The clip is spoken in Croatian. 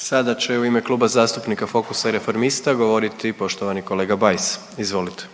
**Jandroković, Gordan (HDZ)** Sada će u ime Kluba zastupnika Fokusa i Reformista govoriti poštovani kolega Bajs, izvolite.